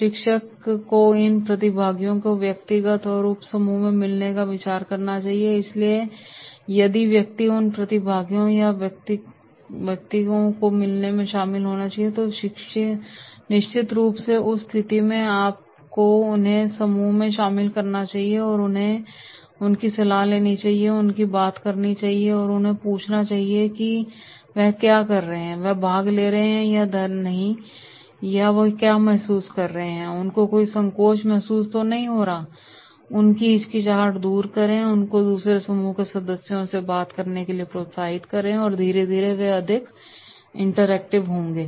प्रशिक्षक को इन प्रतिभागियों को व्यक्तिगत या उपसमूह में मिलने पर विचार करना चाहिए इसलिए यदि व्यक्ति इन प्रतिभागियों या व्यक्तियों से मिलने में शामिल होना चाहता है तो निश्चित रूप से उस स्थिति में आपको उन्हें समूह में शामिल करना चाहिए और उनकी सलाह लेनी चाहिए उनसे बात करनी चाहिए और उन्हें पूछना चाहिए वह क्या कर रहे हैंवह भाग ले रहे है या नहीं वह धरम तो महसूस नहीं कर रहेउन्हें कोई संकोच महसूस तो नहीं हो रहा हैउनकी हिचकिचाहट दूर करेंउन्हें दूसरे समूह के सदस्यों से बात करने के लिए प्रोत्साहित करें और धीरे धीरे वे अधिक इंटरैक्टिव होंगे